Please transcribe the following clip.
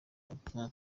maputo